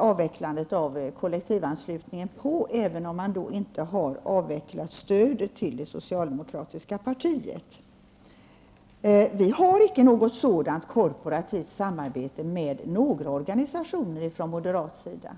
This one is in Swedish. avvecklandet av kollektivanslutningen på, även om man inte har avvecklat stödet till de socialdemokratiska partiet. Vi har icke något sådant korporativt samarbete med några organisationer från moderat sida.